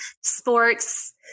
sports